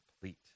complete